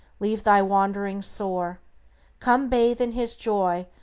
leave thy wanderings sore come bathe in his joy,